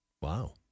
Wow